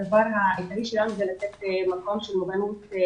הדבר העיקרי שלנו הוא לתת קום לנערות